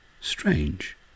Strange